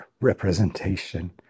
representation